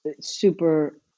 super